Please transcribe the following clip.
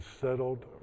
settled